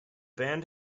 band